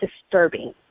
disturbing